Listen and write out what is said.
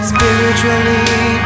Spiritually